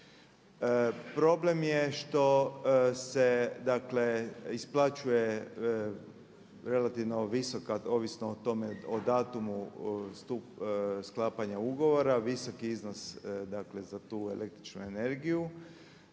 Problem je što se dakle isplaćuje relativno visoka, ovisno o tome, o datumu sklapanja ugovora, visoki iznos dakle za tu električnu energiju.